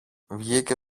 βγήκε